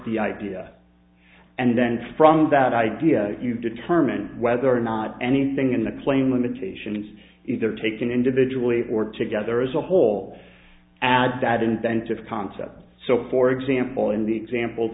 the idea and then sprung that idea you determine whether or not anything in the plane limitations is there taken individually or together as a whole add that inventive concept so for example in the example